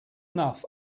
enough